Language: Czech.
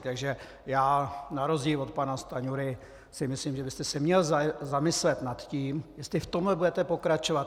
Takže já na rozdíl od pana Stanjury si myslím, že byste se měl zamyslet nad tím, jak v tom budete pokračovat.